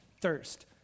Thirst